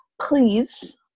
please